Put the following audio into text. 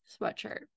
sweatshirt